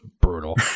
Brutal